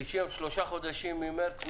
שיהיה עוד שלושה חודשים ממרס.